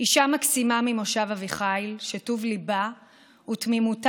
אישה מקסימה ממושב אביחיל שטוב ליבה ותמימותה